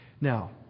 now